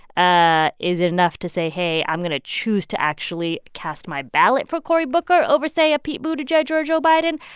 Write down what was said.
ah is it enough to say, hey, i'm going to choose to actually cast my ballot for cory booker over, say, a pete buttigieg or a joe biden?